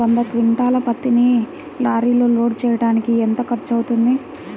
వంద క్వింటాళ్ల పత్తిని లారీలో లోడ్ చేయడానికి ఎంత ఖర్చవుతుంది?